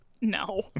No